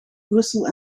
brussel